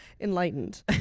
enlightened